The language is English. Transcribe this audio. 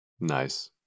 Nice